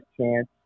chance